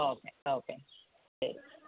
okay okay ശരി